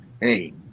hey